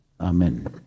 Amen